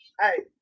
Hey